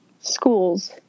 schools